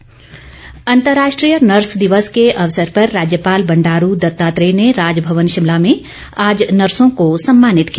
nurse दिवस अंतर्राष्ट्रीय nurse दिवस के अवसर पर राज्यपाल बंडारू दत्तात्रेय ने राजभवन शिमला में आज नर्सों को सम्मानित किया